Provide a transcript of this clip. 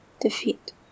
defeat